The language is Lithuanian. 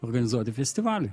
organizuoti festivalį